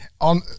on